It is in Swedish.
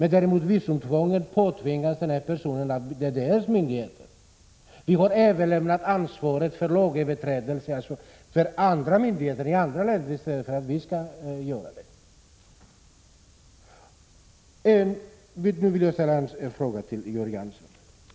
Då däremot DDR:s myndigheter ålägger denna person visumtvång, har vi överlämnat ansvaret för lagöverträdelser till andra länders myndigheter i stället för att själva ta hand om dem. Nu vill jag ställa en fråga till Georg Andersson.